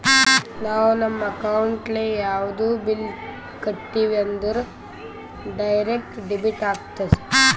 ನಾವು ನಮ್ ಅಕೌಂಟ್ಲೆ ಯಾವುದೇ ಬಿಲ್ ಕಟ್ಟಿವಿ ಅಂದುರ್ ಡೈರೆಕ್ಟ್ ಡೆಬಿಟ್ ಆತ್ತುದ್